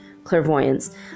clairvoyance